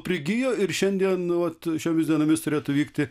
prigijo ir šiandien vat šiomis dienomis turėtų vykti